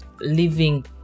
living